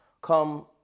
come